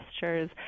gestures